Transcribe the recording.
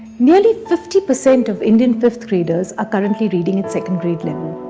nearly fifty percent of indian fifth graders are currently reading at second grade level.